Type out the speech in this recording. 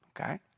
Okay